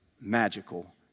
magical